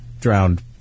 Drowned